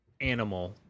animal